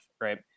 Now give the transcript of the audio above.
right